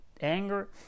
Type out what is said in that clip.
anger